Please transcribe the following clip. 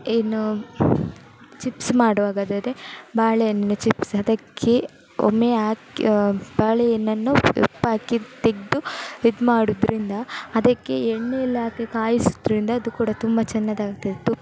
ಇನ್ನೂ ಚಿಪ್ಸ್ ಮಾಡುವಾಗಾದರೆ ಬಾಳೆಹಣ್ಣು ಚಿಪ್ಸ್ ಅದಕ್ಕೆ ಒಮ್ಮೆ ಹಾಕಿ ಬಾಳೆಹಣ್ಣನ್ನು ಉಪ್ಪಾಕಿ ತೆಗೆದು ಇದ್ಮಾಡೋದ್ರಿಂದ ಅದಕ್ಕೆ ಎಣ್ಣೆಯಲ್ಲಾಕಿ ಕಾಯ್ಸುವುದ್ರಿಂದ ಅದು ಕೂಡ ತುಂಬ ಚೆನ್ನಾಗಾಗ್ತಿತ್ತು